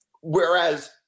Whereas